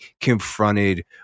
confronted